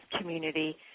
community